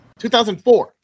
2004